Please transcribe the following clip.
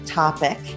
topic